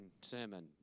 sermon